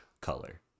color